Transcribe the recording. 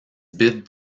bits